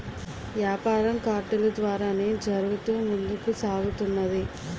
యాపారం కార్డులు ద్వారానే జరుగుతూ ముందుకు సాగుతున్నది